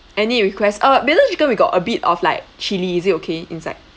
any request uh basil chicken we got a bit of like chilli is it okay inside